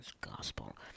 Gospel